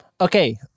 Okay